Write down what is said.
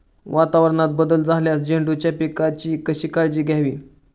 वातावरणात बदल झाल्यास झेंडूच्या पिकाची कशी काळजी घ्यावी?